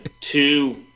two